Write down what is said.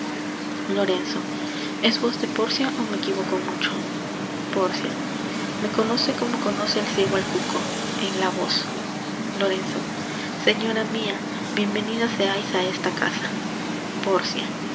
lorenzo es voz de pórcia ó me equivoco mucho pórcia me conoce como conoce el ciego al cuco en la voz lorenzo señora mia bien venida seais á esta casa pórcia